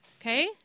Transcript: Okay